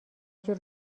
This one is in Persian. جور